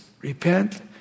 repent